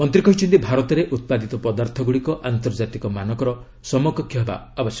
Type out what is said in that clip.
ମନ୍ତ୍ରୀ କହିଛନ୍ତି ଭାରତରେ ଉତ୍ପାଦିତ ପଦାର୍ଥ ଗୁଡ଼ିକ ଆନ୍ତର୍ଜାତିକ ମାନକର ସମକକ୍ଷ ହେବା ଉଚିତ